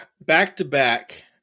back-to-back